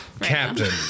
Captain